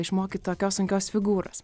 išmokyt tokios sunkios figūros